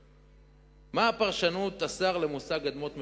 3. מה פרשנות השר למושג "אדמות מדינה"?